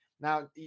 Now